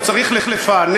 הוא צריך לפענח.